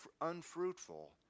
unfruitful